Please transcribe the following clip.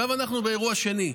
עכשיו אנחנו באירוע שני,